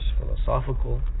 philosophical